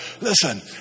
Listen